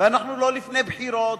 ואנחנו לא לפני בחירות,